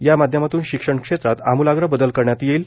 या माध्यमातून शिक्षण क्षेत्रात आम्लाग्र बदल करण्यात येईल